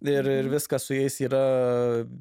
ir ir viskas su jais yra